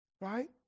Right